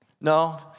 No